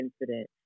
incident